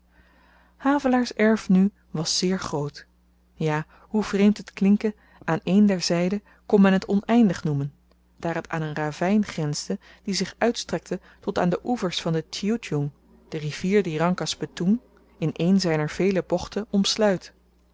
havelaars erf nu was zeer groot ja hoe vreemd het klinke aan een der zyden kon men t oneindig noemen daar het aan een ravyn grensde die zich uitstrekte tot aan de oevers van den tjioedjoeng de rivier die rangkas betoeng in een zyner vele bochten omsluit